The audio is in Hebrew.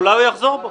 אולי הוא יחזור בו.